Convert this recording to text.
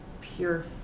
pure